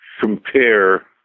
compare